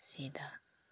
ꯁꯤꯗ